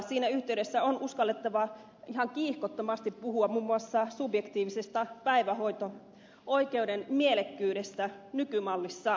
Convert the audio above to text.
siinä yhteydessä on uskallettava ihan kiihkottomasti puhua muun muassa subjektiivisen päivähoito oikeuden mielekkyydestä nykymallissaan